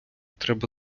треба